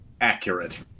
accurate